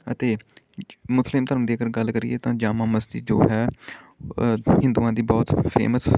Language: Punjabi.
ਅਤੇ ਮੁਸਲਿਮ ਧਰਮ ਦੀ ਅਗਰ ਗੱਲ ਕਰੀਏ ਤਾਂ ਜਾਮਾ ਮਸਜਿਦ ਜੋ ਹੈ ਹਿੰਦੂਆਂ ਦੀ ਬਹੁਤ ਫੇਮਸ